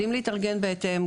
יודעים להתארגן בהתאם,